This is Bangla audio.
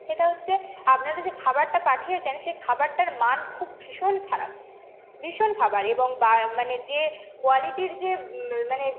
সেটা হচ্ছে আপনারা যে খাবারটা পাঠিয়েছেন সেই খাবারটার মান খুব ভীষণ খারাপ ভীষণ খাবার এবং মানে যে কোয়ালিটির যে মানে